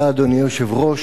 אדוני היושב-ראש,